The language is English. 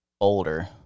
older